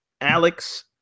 Alex